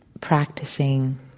practicing